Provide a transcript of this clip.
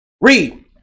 Read